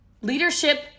leadership